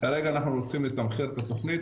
כרגע אנחנו רוצים לתמחר את התכנית,